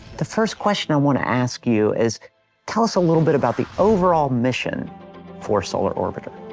the first question i want to ask you is tell us a little bit about the overall mission for solar orbiter.